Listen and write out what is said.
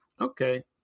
Okay